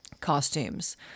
costumes